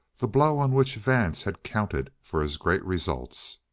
the blow on which vance had counted for his great results.